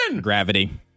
Gravity